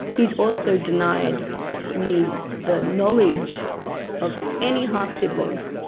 he's also denied me the knowledge of any half siblings,